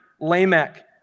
Lamech